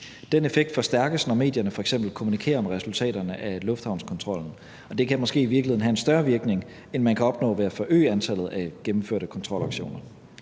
Den effekt forstærkes, når medierne f.eks. kommunikerer om resultaterne af lufthavnskontrollen, og det kan måske i virkeligheden have en større virkning, end man kan opnå ved at forøge antallet af gennemførte kontrolaktioner.